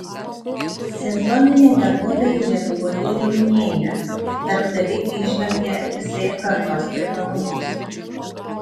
sezoniniai darbuotojai lietuvoje jaunėja darbdaviai įžvelgia z kartos privalumus